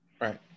Right